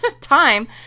time